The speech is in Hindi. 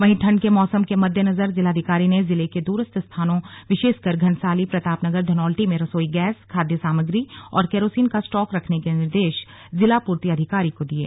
वहीं ठंड के मौसम के मद्देनजर जिलाधिकारी ने जिले के द्रस्थ स्थानों विशेषकर घनसाली प्रतापनगर धनोल्टी में रसोई गैस खाद्य सामग्री और केरोसीन का स्टॉक रखने के निर्देश जिला पूर्ति अधिकारी को दिये